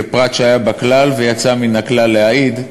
כפרט שהיה בכלל ויצא מן הכלל להעיד,